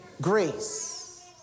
grace